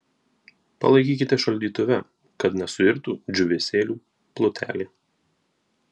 palaikykite šaldytuve kad nesuirtų džiūvėsėlių plutelė